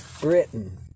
Britain